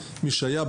מי שהיה,